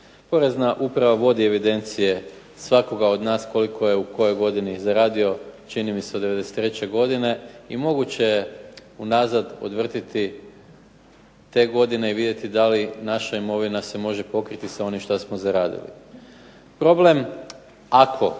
Porezna uprava vodi evidencije svakoga od nas koliko je u kojoj godini zaradio, čini mi se od '93. godine, i moguće je unazad odvrtjeti te godine i vidjeti da li naša imovina se može pokriti sa onim šta smo zaradili. Problem ako